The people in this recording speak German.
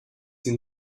sie